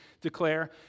declare